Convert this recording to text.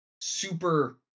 super